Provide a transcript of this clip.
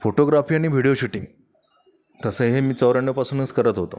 photography आणि video shooting तसं हे मी चौऱ्याण्णवपासूनच करत होतो